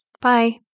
Bye